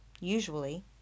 usually